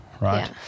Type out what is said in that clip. right